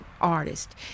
artist